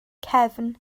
cefn